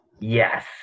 Yes